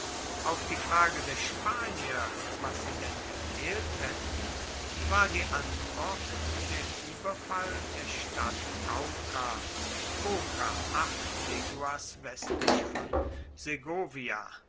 auf die frage der spanier was sie denn gefehlt hätten war die antwort der überfall der stadt cauca